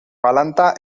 galanta